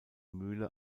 mühle